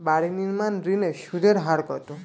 বাড়ি নির্মাণ ঋণের সুদের হার কত?